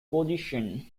position